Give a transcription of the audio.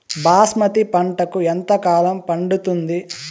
బాస్మతి పంటకు ఎంత కాలం పడుతుంది?